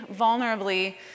vulnerably